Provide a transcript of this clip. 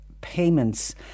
payments